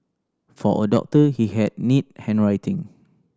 for a doctor he had neat handwriting